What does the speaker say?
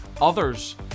others